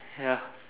ya